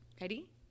ready